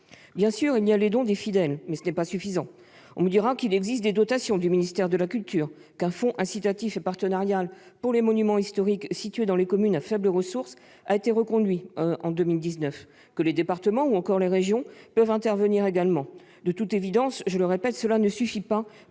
Bien sûr, il y a les dons des fidèles, mais ce n'est pas suffisant. On me dira qu'il existe des dotations du ministère de la culture, qu'un fonds incitatif et partenarial pour les monuments historiques situés dans les communes à faibles ressources a été reconduit en 2019 ou que les départements et régions peuvent également intervenir. De toute évidence, je le répète, cela ne suffit pas